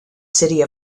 city